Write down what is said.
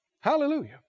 Hallelujah